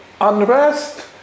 unrest